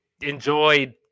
enjoyed